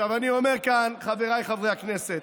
אני אומר כאן, חבריי חברי הכנסת,